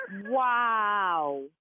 Wow